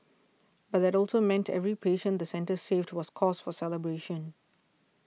but that also meant every patient the centre saved was cause for celebration